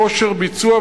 כושר ביצוע.